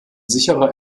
sicherer